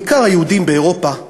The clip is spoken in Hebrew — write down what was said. בעיקר היהודים באירופה,